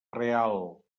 real